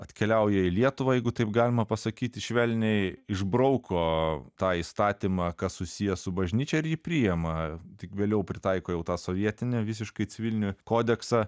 atkeliauja į lietuvą jeigu taip galima pasakyti švelniai išbrauko tą įstatymą kas susiję su bažnyčia ir jį priėma tik vėliau pritaiko jau tą sovietinį visiškai civilinį kodeksą